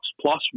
plus